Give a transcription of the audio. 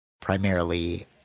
primarily